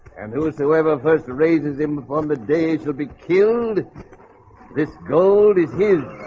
and whosoever first raises him from the dais will be killed this gold is his